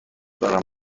دارم